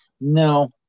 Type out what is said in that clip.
no